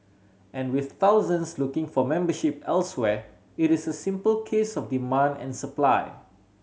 and with thousands looking for membership elsewhere it is a simple case of demand and supply